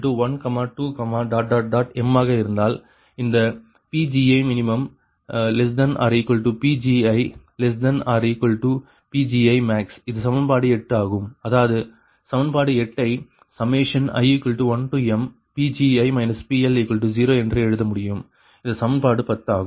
i12m காக இந்த PgiminPgiPgimax இது சமன்பாடு 8 ஆகும் அதாவது சமன்பாடு 8 ஐ i1mPgi PL0 என்று எழுத முடியும் இது சமன்பாடு 10 ஆகும்